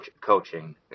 coaching